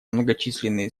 многочисленные